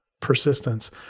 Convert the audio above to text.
persistence